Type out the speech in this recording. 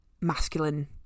masculine